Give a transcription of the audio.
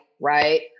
right